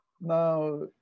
Now